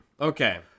Okay